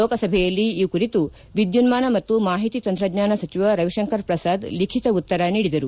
ಲೋಕಸಭೆಯಲ್ಲಿ ಈ ಕುರಿತು ವಿದ್ಯುನ್ನಾನ ಮತ್ತು ಮಾಹಿತಿ ತಂತ್ರಜ್ಞಾನ ಸಚಿವ ರವಿಶಂಕರ್ ಪ್ರಸಾದ್ ಲಿಖಿತ ಉತ್ಕರ ನೀಡಿದರು